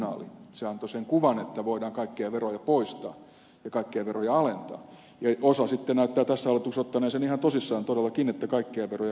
se antoi sen kuvan että voidaan kaikkia veroja poistaa ja kaikkia veroja alentaa ja osa sitten näyttää tässä hallituksessa ottaneen sen todellakin ihan tosissaan että kaikkia veroja voidaan alentaa loputtomiin